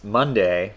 Monday